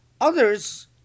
Others